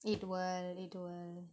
it will it will